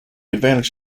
advantage